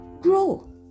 grow